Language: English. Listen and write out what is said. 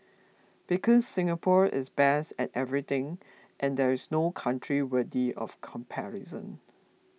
because Singapore is best at everything and there is no country worthy of comparison